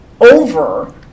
over